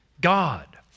God